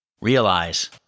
Realize